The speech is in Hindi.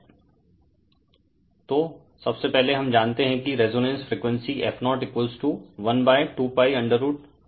Refer Slide Time 0108 तो सबसे पहले हम जानते हैं कि रेजोनेंस फ्रीक्वेंसी f0 12π है